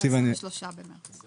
ב-23 במרץ.